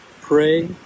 Pray